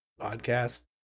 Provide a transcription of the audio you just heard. podcast